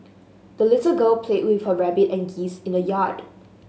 the little girl played with her rabbit and geese in the yard